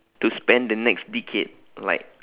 to spend the next decade like